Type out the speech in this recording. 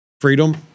freedom